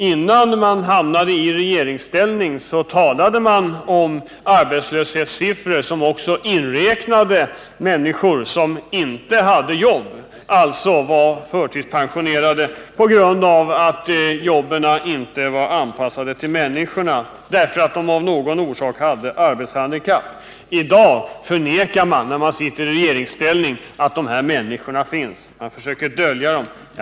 Innan man hamnade i regeringsställning talade man om arbetslöshetssiffror som också inräknade dem som var förtidspensionerade därför att jobben inte var anpassade till människor som av någon orsak hade arbetshandikapp. I dag, när man sitter i regeringsställning, försöker man dölja att dessa människor finns.